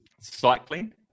cycling